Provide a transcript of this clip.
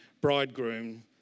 bridegroom